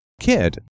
kid